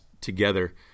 together